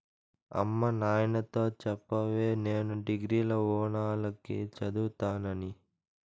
అమ్మ నాయనతో చెప్పవే నేను డిగ్రీల ఓనాల కి చదువుతానని